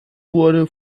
wurde